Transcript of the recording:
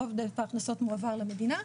עודף ההכנסות מועבר למדינה,